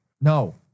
No